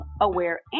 aware